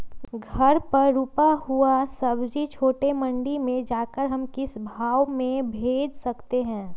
घर पर रूपा हुआ सब्जी छोटे मंडी में जाकर हम किस भाव में भेज सकते हैं?